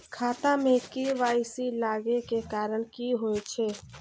खाता मे के.वाई.सी लागै के कारण की होय छै?